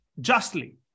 justly